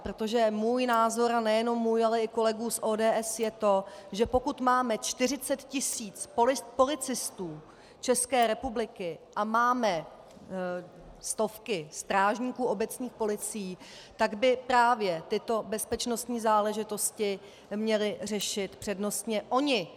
Protože můj názor, ale nejenom můj, ale i kolegů z ODS, je to, že pokud máme 40 tis. policistů České republiky a máme stovky strážníků obecních policií, tak by právě tyto bezpečnostní záležitosti měli řešit přednostně oni.